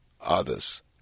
others